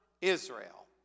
Israel